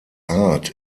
art